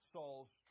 Saul's